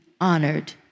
honored